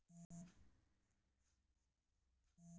ಅವ್ರಿಕಾಳು ಬಳ್ಳಿಯಾಗುದ್ರಿಂದ ಚಪ್ಪರಾ ಮತ್ತ ಬಡ್ಗಿ ಆಸ್ರಾ ಬೇಕಬೇಕ